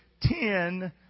ten